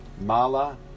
Mala